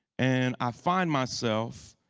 and i find myself,